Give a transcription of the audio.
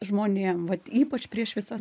žmonėm ypač prieš visas